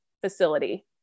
facility